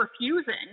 refusing